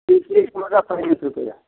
एक पीस पड़ेगा पचीस रुपए का